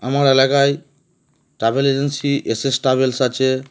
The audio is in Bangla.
আমার এলাকায় travel agency S S Travels আছে